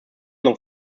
noch